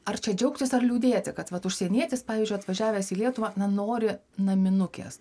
ar čia džiaugtis ar liūdėti kad vat užsienietis pavyzdžiui atvažiavęs į lietuvą na nori naminukės